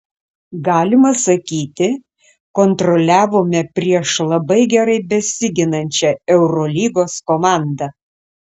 galima sakyti kontroliavome prieš labai gerai besiginančią eurolygos komandą